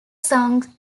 song